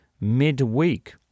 midweek